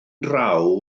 draw